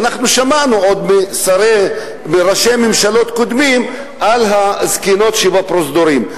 ואנחנו שמענו עוד מראשי ממשלות קודמים על הזקנות בפרוזדורים.